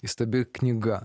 įstabi knyga